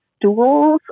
Stools